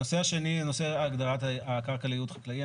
הנושא השני, נושא הגדרת הקרקע לייעוד חקלאי.